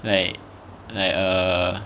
like like err